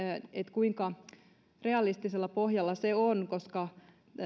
kuinka realistisella pohjalla se on koska